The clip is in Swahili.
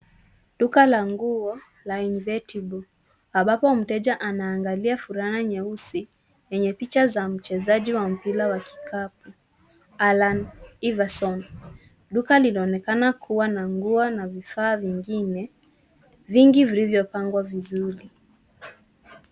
Duka la nguo la Invictable ambapo mteja anaangalia fulana nyeusi yenye picha za mchezaji wa mpira wa kikapu Alan Iverson. Duka linaonekana kuwa na nguo na vifaa vingine vingi vilivyopangwa vizuri.